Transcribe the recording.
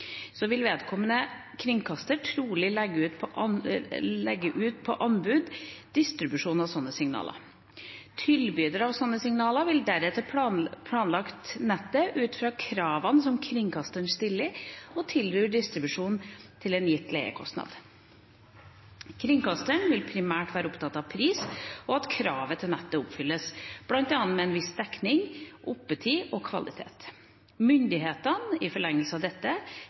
Så vil vedkommende kringkaster trolig legge distribusjonen av sånne signaler ut på anbud. Tilbydere av sånne signaler vil deretter planlegge nettet ut fra kravene som kringkasteren stiller, og tilby distribusjonen til en gitt leiekostnad. Kringkasteren vil primært være opptatt av pris og at kravet til nettet oppfylles, bl.a. med en viss dekning, oppetid og kvalitet. Myndighetene – og i forlengelsen av dette: